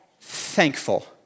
thankful